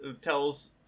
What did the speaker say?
tells